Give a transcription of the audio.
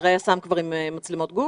שוטרי יס"מ הם כבר עם מצלמות גוף?